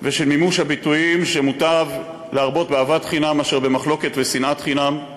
ושל מימוש הביטויים שמוטב להרבות באהבת חינם מאשר במחלוקת ושנאת חינם.